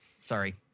sorry